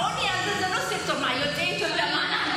העוני הזה זה לא, מה, אנחנו מיליונרים?